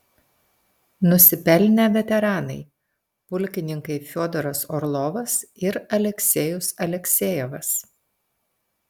nusipelnę veteranai pulkininkai fiodoras orlovas ir aleksejus aleksejevas